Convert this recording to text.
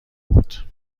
بود